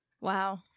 Wow